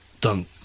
done